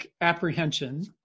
apprehension